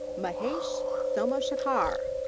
mahesh somashekhar.